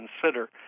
consider